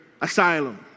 asylum